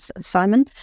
Simon